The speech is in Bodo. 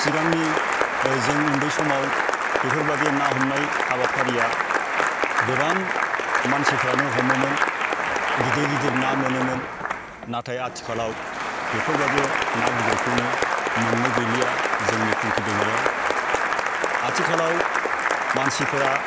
सिगांनि जों उन्दै समाव बेफोरबायदि ना हमनाय हाबाफारिया गोबां मानसिफोरानो हमोमोन गिदिर गिदिर ना मोनोमोन नाथाय आथिखालाव बेफोरबादि ना गिदिरखौनो मोननो गैलिया जोंनि फुंखि दैमायाव आथिखालाव मानसिफोरा